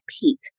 peak